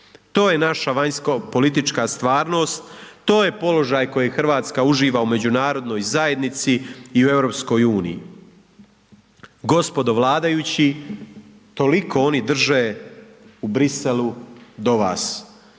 to je naša vanjsko politička stvarnost, to je položaj koji RH uživa u međunarodnoj zajednici i u EU. Gospodo vladajući, toliko oni drže u Briselu do vas,